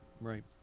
right